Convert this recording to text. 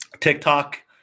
TikTok